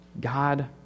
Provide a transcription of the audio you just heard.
God